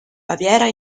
baviera